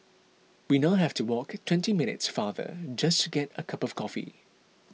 we now have to walk twenty minutes farther just to get a cup of coffee